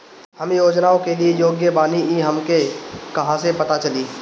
हम योजनाओ के लिए योग्य बानी ई हमके कहाँसे पता चली?